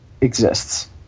exists